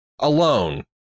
alone